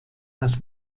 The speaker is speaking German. das